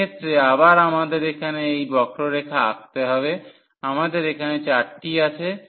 এক্ষেত্রে আবার আমাদের এখানে এই বক্ররেখা আঁকতে হবে আমাদের এখানে চারটি আছে